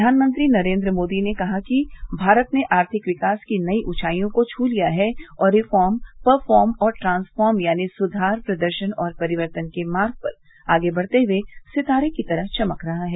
प्रधानमंत्री नरेन्द्र मोदी ने कहा कि भारत ने आर्थिक विकास की नई ऊंचाईयों को घू लिया है और रिफॉर्म परफॉर्म और ट्रांसफॉर्म यानी सुधार प्रदर्शन और परिवर्तन के मार्ग पर आगे बढ़ते हुए सितारे की तरह चमक रहा है